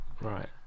Right